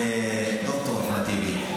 ד"ר אחמד טיבי,